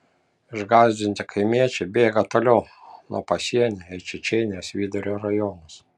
išgąsdinti kaimiečiai bėga toliau nuo pasienio į čečėnijos vidurio rajonus